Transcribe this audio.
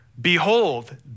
behold